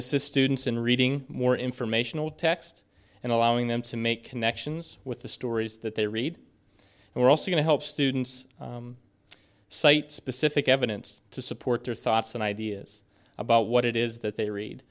to students in reading more informational text and allowing them to make connections with the stories that they read and we're also going to help students cite specific evidence to support their thoughts and ideas about what it is that they